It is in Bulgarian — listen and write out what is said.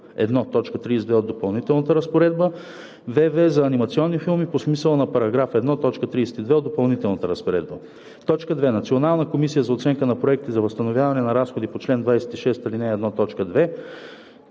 т. 32 от допълнителната разпоредба; вв) за анимационни филми по смисъла на § 1, т. 32 от допълнителната разпоредба. 2. Национална комисия за оценка на проекти за възстановяване на разходи по чл. 26, ал. 1,